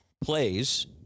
plays